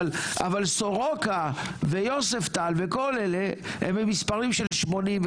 אבל סורוקה ויוספטל וכל אלה הם במספרים של: 80,